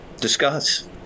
discuss